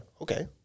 Okay